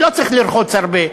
ולא צריך ללחוץ הרבה,